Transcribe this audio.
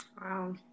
Wow